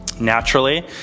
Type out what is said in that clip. naturally